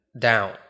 down